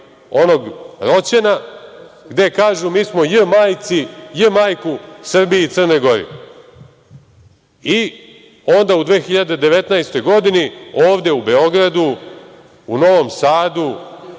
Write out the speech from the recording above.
onog Roćena, gde kažu – mi smo j… majku Srbiji i Crnoj Gori. Onda u 2019. godini, ovdeu Beogradu, u Novom Sadu,